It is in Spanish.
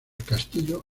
castillo